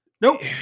Nope